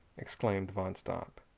exclaimed van stopp,